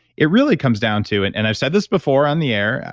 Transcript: it really comes down to, and and i've said this before on the air,